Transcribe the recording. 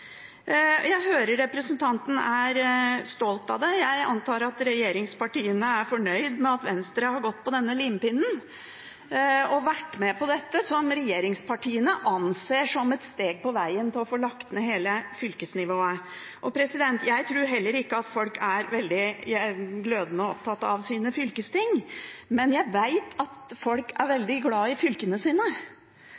Jeg hører representanten er stolt av det. Jeg antar at regjeringspartiene er fornøyd med at Venstre har gått på denne limpinnen og vært med på dette som regjeringspartiene anser som et steg på veien til å få lagt ned hele fylkesnivået. Jeg tror heller ikke at folk er glødende opptatt av sine fylkesting, men jeg vet at folk er